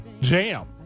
jam